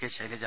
K Shailaja